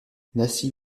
natif